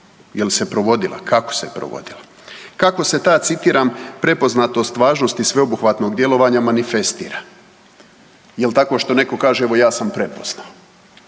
jel se provodila, kako se provodila. Kako se ta citiram prepoznatost važnosti sveobuhvatnog djelovanja manifestira? Jel tako što netko kaže evo ja sam prepoznao